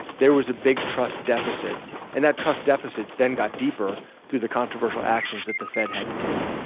there was a big trust deficit and that trust deficit then got deeper through the controversial actions that the fed had to take.